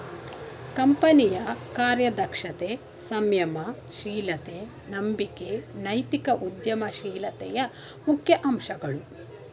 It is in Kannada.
ಕಂಪನಿಯ ಕಾರ್ಯದಕ್ಷತೆ, ಸಂಯಮ ಶೀಲತೆ, ನಂಬಿಕೆ ನೈತಿಕ ಉದ್ಯಮ ಶೀಲತೆಯ ಮುಖ್ಯ ಅಂಶಗಳು